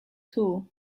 too